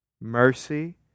mercy